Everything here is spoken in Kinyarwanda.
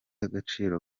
agaciro